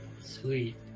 Sweet